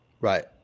Right